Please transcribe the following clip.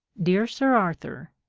dear sir arthur,